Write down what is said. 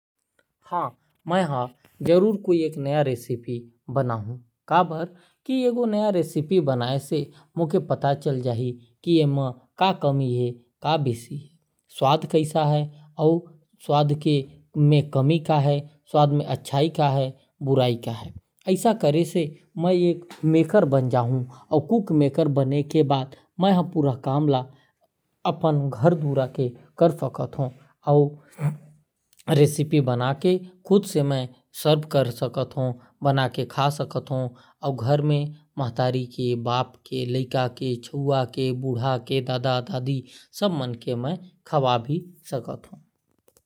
है मैं हर जरूर एक गो नवा रेसिपी बनाहु । नया रेसिपी बनाए से मोके पता चलीं की एमा का कम बेसी है। ऐसा करे से मैं एक मेकर बन जहु और रेसिपी के खुद से बना सकत हो। और लाइक दादा दादी सब ल खिला सकत हो।